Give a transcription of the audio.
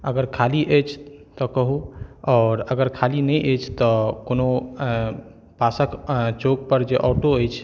अगर खाली अछि तऽ कहू आओर खाली नहि अछि तऽ कोनो पासके चौकपर जे ऑटो अछि